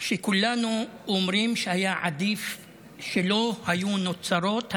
שכולנו אומרים שהיה עדיף שלא היו נוצרות הנסיבות,